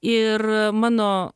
ir mano